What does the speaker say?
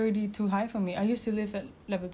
all the way but this one is level seven